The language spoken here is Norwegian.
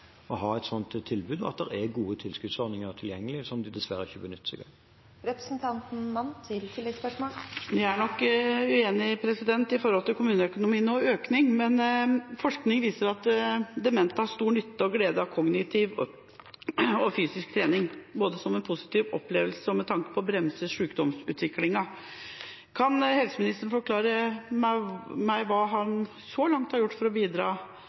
å ha et slikt tilbud. Og det er gode tilskuddsordninger tilgjengelig, som de dessverre ikke benytter seg av. Vi er nok uenige om kommuneøkonomi og økning. Forskning viser at demente har stor nytte og glede av kognitiv og fysisk trening, både som en positiv opplevelse og med tanke på å bremse sykdomsutviklingen. Kan helseministeren forklare meg hva han så langt har gjort overfor denne sårbare gruppen for å